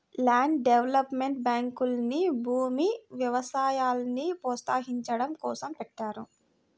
land development బ్యాంకుల్ని భూమి, వ్యవసాయాల్ని ప్రోత్సహించడం కోసం పెట్టారు